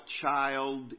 Child